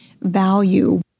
value